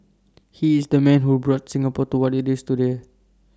he is the man who brought Singapore to what IT is today